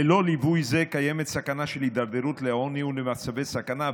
ללא ליווי זה קיימת סכנה של הידרדרות לעוני ולמצבי סכנה,